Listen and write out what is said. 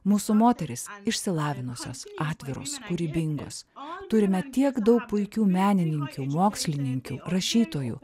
mūsų moterys išsilavinusios atviros kūrybingos turime tiek daug puikių menininkių mokslininkių rašytojų